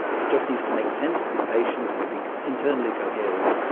it just needs to make sense to the patient and be internally coherent,